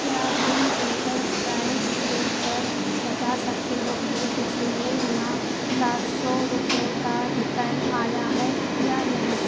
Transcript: کیا تم پیپر فرائی دیکھ کر بتا سکتے ہو کہ پچھلے ماہ چار سو روپئے کا ریفنڈ آیا ہے یا نہیں